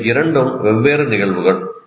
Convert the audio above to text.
இவை இரண்டும் வெவ்வேறு நிகழ்வுகள்